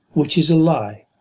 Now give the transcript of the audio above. which is a lie,